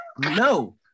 No